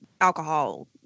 alcohol